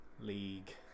league